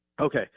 Okay